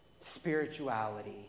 spirituality